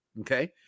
Okay